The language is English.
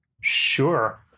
Sure